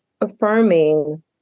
affirming